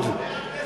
חבר הכנסת נסים זאב.